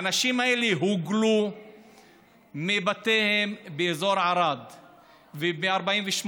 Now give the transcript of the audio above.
האנשים האלה הוגלו מבתיהם באזור ערד ב-48'.